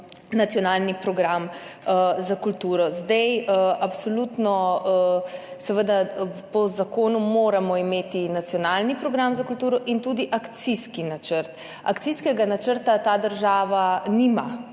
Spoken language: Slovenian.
nacionalni program za kulturo. Absolutno, po zakonu moramo imeti nacionalni program za kulturo in tudi akcijski načrt. Akcijskega načrta ta država